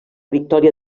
victòria